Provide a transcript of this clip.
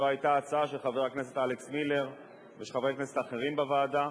זו היתה הצעה של חבר הכנסת אלכס מילר ושל חברי כנסת אחרים בוועדה,